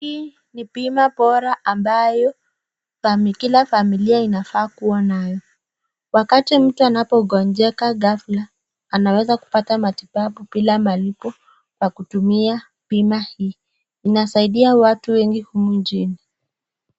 Hii ni bima bora ambayo kila familia inafaa kua nayo. Wakati mtu ana ngojeka gafla anaweza kupokea matibabu bila malipo kwa kutumia bima hii, inasaidi watu wengi humu nchini.